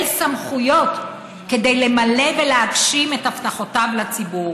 סמכויות כדי למלא ולהגשים את הבטחותיו לציבור.